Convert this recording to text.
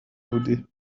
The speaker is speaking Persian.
بودی